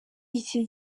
iki